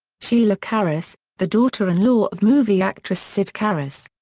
sheila charisse, the daughter-in-law of movie actress cyd charisse.